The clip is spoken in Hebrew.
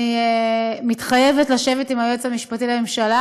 אני מתחייבת לשבת עם היועץ המשפטי לממשלה